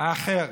האחר.